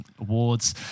awards